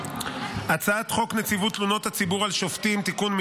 הצעת חוק נציבות תלונות הציבור על שופטים (תיקון,